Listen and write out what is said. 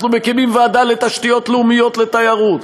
אנחנו מקימים ועדה לתשתיות לאומית לתיירות,